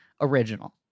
original